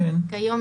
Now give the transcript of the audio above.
כיום,